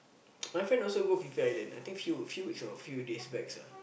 my friend also go Phi-Phi-Island I think few few weeks or few days backs ah